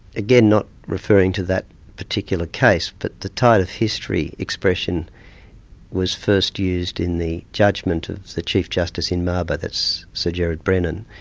again, not referring to that particular case, but the tide of history expression was first used in the judgment of the chief justice in mabo, sir so gerard brennan,